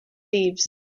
thieves